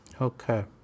okay